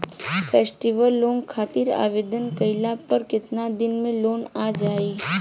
Festival loan खातिर आवेदन कईला पर केतना दिन मे लोन आ जाई?